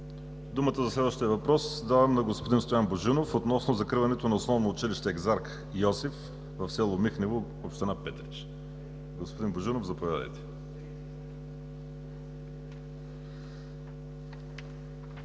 Думата за следващия въпрос давам на господин Стоян Божинов относно закриването на Основно училище „Екзарх Йосиф“ в село Михнево, община Петрич. Господин Божинов, заповядайте.